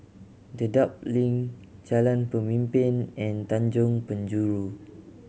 Dedap Link Jalan Pemimpin and Tanjong Penjuru